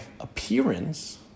appearance